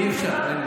אי-אפשר.